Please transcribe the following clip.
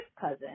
cousin